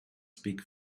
speak